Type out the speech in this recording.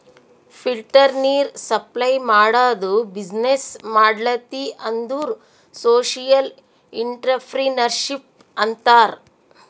filter ನೀರ್ supply ಮಾಡದು business ಮಾಡ್ಲತಿ ಅಂದುರ್ ಸೋಶಿಯಲ್ ಇಂಟ್ರಪ್ರಿನರ್ಶಿಪ್ ಅಂತಾರ್